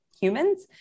humans